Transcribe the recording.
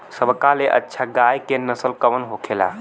सबका ले अच्छा गाय के नस्ल कवन होखेला?